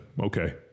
okay